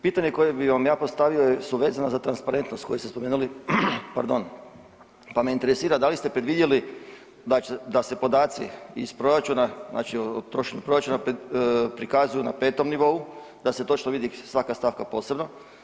Pitanje koje bi vam ja postavio su vezana za transparentnost koju ste spomenuli pa me interesira da li ste predvidjeli da se podaci iz proračuna, znači trošenje proračuna prikazuje na petom nivou da se točno vidi svaka stavka posebno?